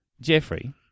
Jeffrey